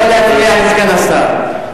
לסגן השר.